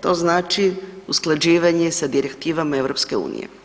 to znači usklađivanje sa direktivama EU.